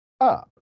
up